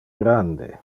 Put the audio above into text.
grande